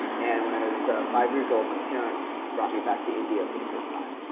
and when i was five years old my parents brought me back to india for the first time.